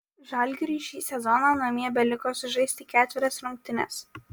žalgiriui šį sezoną namie beliko sužaisti ketverias rungtynes